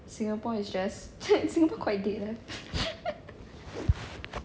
singapore is just singapore quite dead ah